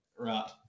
Right